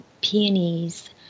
peonies